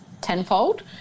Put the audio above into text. tenfold